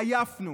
עייפנו.